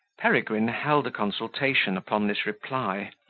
peregrine held a consultation upon this reply,